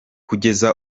kugeza